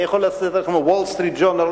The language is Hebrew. אני יכול לצטט לכם מ"Wall Street Journal",